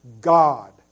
God